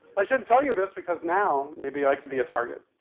i shouldn't tell you this because now maybe i could be a target.